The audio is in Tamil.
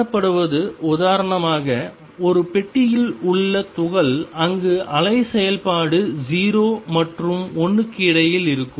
காணப்படுவது உதாரணமாக ஒரு பெட்டியில் உள்ள துகள் அங்கு அலை செயல்பாடு 0 மற்றும் l க்கு இடையில் இருக்கும்